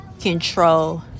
control